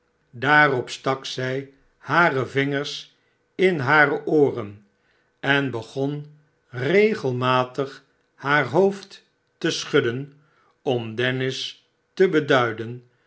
daarop stak zij hare vingers in hare ooren en begon regelmatig haar hoofd te schudden om dennis te beduiden